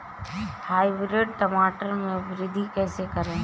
Hybrid टमाटर में वृद्धि कैसे करें?